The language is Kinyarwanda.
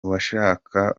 uwashaka